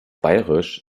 bayerisch